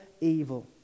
evil